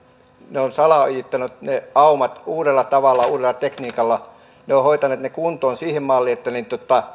ne ovat salaojittaneet ne aumat uudella tavalla uudella tekniikalla ne ovat hoitaneet ne kuntoon siihen malliin että